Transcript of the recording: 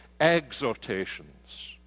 exhortations